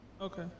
okay